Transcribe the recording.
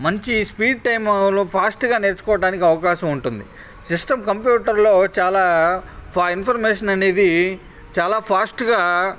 మంచి స్పీడ్ టైములో ఫాస్ట్గా నేర్చుకోవడానికి అవకాశం ఉంటుంది సిస్టమ్ కంప్యూటర్లో చాలా ఇన్ఫర్మేషన్ అనేది చాలా ఫాస్ట్గా